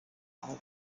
auf